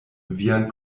vian